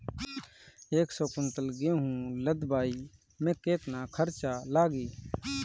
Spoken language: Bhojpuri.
एक सौ कुंटल गेहूं लदवाई में केतना खर्चा लागी?